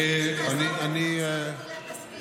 כבוד השר,